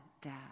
dad